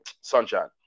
Sunshine